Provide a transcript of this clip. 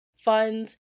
funds